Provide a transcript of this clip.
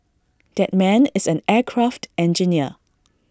that man is an aircraft engineer